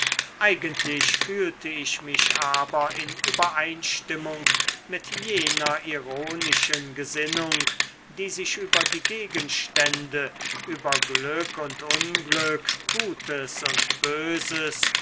eigentlich fühlte ich mich aber in übereinstimmung mit jener ironischen gesinnung die sich über die gegenstände über glück und unglück gutes und böses